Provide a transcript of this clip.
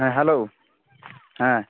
ᱦᱮᱸ ᱦᱮᱞᱳ ᱦᱮᱸ